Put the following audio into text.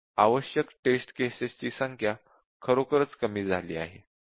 आवश्यक टेस्ट केसेसची संख्या खरोखरच कमी झाली आहे